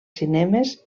cinemes